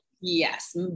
Yes